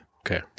Okay